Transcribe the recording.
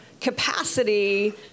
capacity